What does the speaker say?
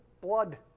blood